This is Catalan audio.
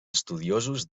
estudiosos